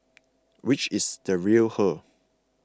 which is the real her